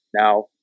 now